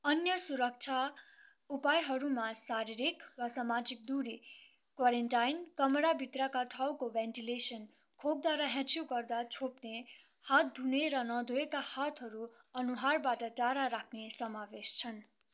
अन्य सुरक्षा उपायहरूमा शारीरिक वा सामाजिक दुरी क्वारेन्टाइन कमराभित्रका ठाउँको भेन्टिलेसन खोक्दा र ह्याछ्युँ गर्दा छोप्ने हात धुने र नधोइएका हातहरू अनुहारबाट टाढा राख्ने समावेश छन्